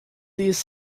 these